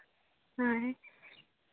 ᱦᱮᱸ